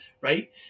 right